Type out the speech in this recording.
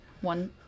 One